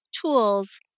tools